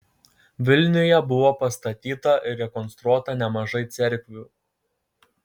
vilniuje buvo pastatyta ir rekonstruota nemažai cerkvių